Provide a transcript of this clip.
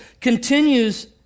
continues